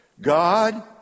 God